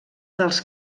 dels